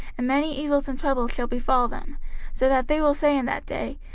and many evils and troubles shall befall them so that they will say in that day,